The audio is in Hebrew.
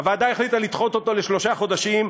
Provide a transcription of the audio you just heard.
הוועדה החליטה לדחות אותו בשלושה חודשים,